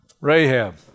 Rahab